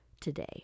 today